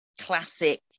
classic